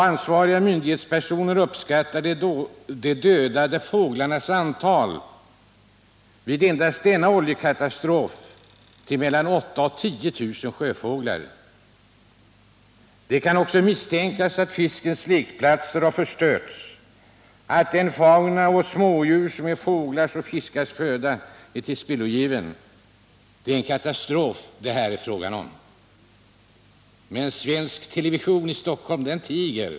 Ansvariga myndighetspersoner uppskattar de dödade fåglarnas antal — vid endast denna oljekatastrof—till mellan 8 000 och 10 000 sjöfåglar. Det kan också misstänkas att fiskens lekplatser har förstörts och att den fauna och de smådjur som är fåglars och fiskars föda är tillspillogiven. Det är en katastrof som det här är fråga om. Men svensk television i Stockholm tiger.